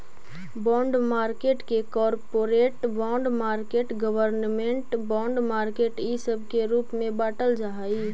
bond market के corporate bond market government bond market इ सब के रूप में बाटल जा हई